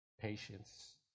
Patience